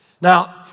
Now